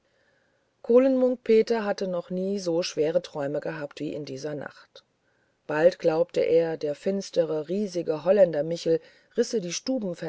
kohlen munk peter hatte noch nie so schwere träume gehabt wie in dieser nacht bald glaubte er der finstere riesige holländer michel reiße die